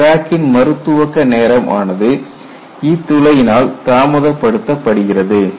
இந்த கிராக்கின் மறு துவக்க நேரம் ஆனது இத்துளையினால் தாமதப்படுத்துகிறது